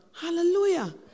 Hallelujah